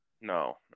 No